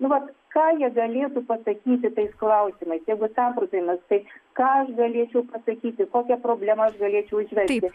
nu vat ką jie galėtų pasakyti tais klausimais jeigu samprotavimas tai ką aš galėčiau pasakyti kokią problemą aš galėčiau įžvelgti